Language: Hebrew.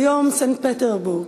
כיום סנט-פטרסבורג,